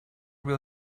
will